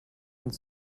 uns